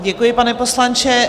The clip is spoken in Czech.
Děkuji, pane poslanče.